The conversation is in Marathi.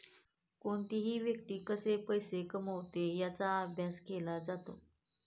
कोणतीही व्यक्ती पैसे कशी कमवते याचा अभ्यास केला जातो